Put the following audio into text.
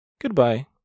Goodbye